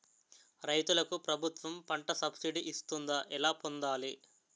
రైతులకు ప్రభుత్వం పంట సబ్సిడీ ఇస్తుందా? ఎలా పొందాలి?